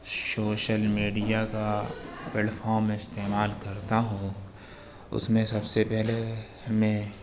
social media کا پلیٹ فارم استعمال کرتا ہوں اس میں سب سے پہلے میں